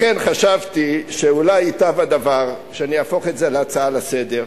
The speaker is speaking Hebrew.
לכן חשבתי שאולי ייטב הדבר שאני אהפוך את זה להצעה לסדר-היום,